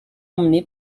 emmené